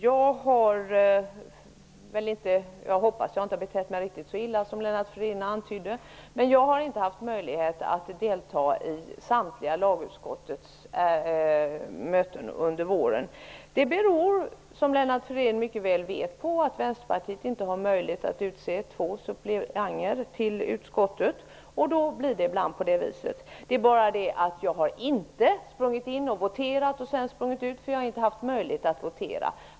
Jag hoppas att jag inte har betett mig riktigt så illa som Jag har inte haft möjlighet att delta i samtliga lagutskottets möten under våren. Det beror, som Lennart Fridén mycket väl vet, på att Vänsterpartiet inte har möjlighet att utse två suppleanter till utskottet. Då blir det ibland på detta vis. Jag har inte sprungit in och voterat och sedan sprungit ut. Jag har nämligen inte haft möjlighet att votera.